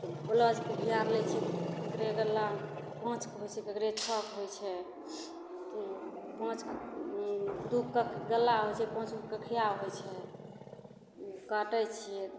तऽ ब्लाउजके भी आर लै छियै तऽ ओकरे गला पाँचके होइ छै ककरो छओके होइ छै तऽ पाँचके दूके गला होइ छै पाँच गो कँखियाँ होइ छै काटय छियै